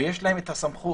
ויש להם את הסמכות